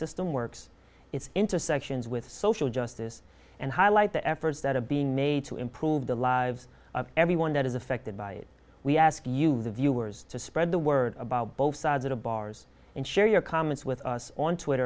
system works its intersections with social justice and highlight the efforts that are being made to improve the lives of everyone that is affected by it we ask you the viewers to spread the word about both sides of the bars and share your comments with us on